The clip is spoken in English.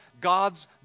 God's